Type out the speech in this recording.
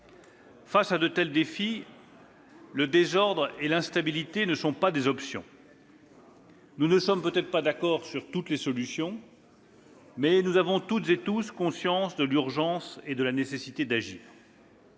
Face à de tels défis, le désordre et l'instabilité ne sont pas des options. Nous ne sommes peut-être pas d'accord sur toutes les solutions, »... C'est sûr !...« mais nous avons toutes et tous conscience de l'urgence et de la nécessité d'agir.